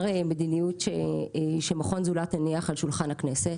מדיניות שמכון זולת הניח על שולחן הכנסת.